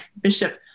Bishop